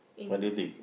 what do you think